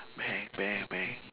bank bank bank